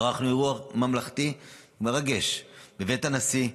ערכנו אירוע ממלכתי מרגש בבית הנשיא,